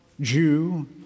Jew